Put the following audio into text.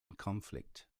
conflict